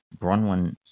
Bronwyn